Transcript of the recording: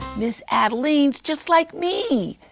miz adeline's just like me.